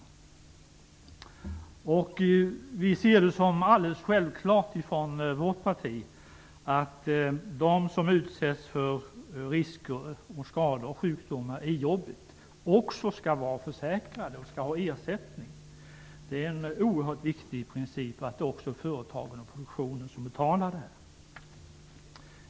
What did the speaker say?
Vi från vårt parti ser det som alldeles självklart att de som utsätts för risker, skador och sjukdomar i jobbet också skall vara försäkrade och ha ersättning. Det är en oerhört viktig princip att det också är företagen och produktionen som betalar det.